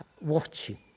watching –